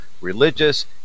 religious